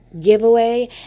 giveaway